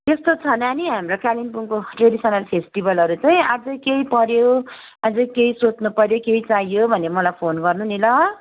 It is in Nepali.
त्यस्तो छ नानी हाम्रो कालिम्पोङको ट्रेडिसनल फेस्टिभलहरू चाहिँ अझै केही पऱ्यो अझै केही सोध्नुपऱ्यो केही चाहियो भने मलाई फोन गर्नु नि ल